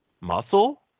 muscle